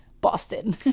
Boston